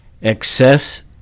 Excess